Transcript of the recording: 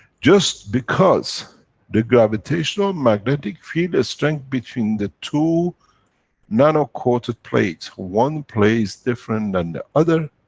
just because the gravitational-magnetic field-strength between the two nano-coated plates, one plays different than the other.